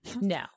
No